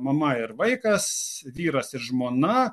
mama ir vaikas vyras ir žmona